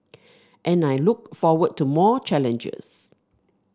and I look forward to more challenges